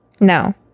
No